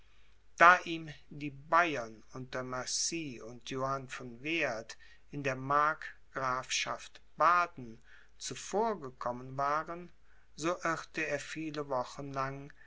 da ihm die bayern unter mercy und johann von werth in der markgrafschaft baden zuvorgekommen waren so irrte er viele wochen lang